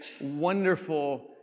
wonderful